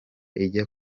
ijya